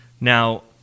Now